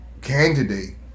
candidate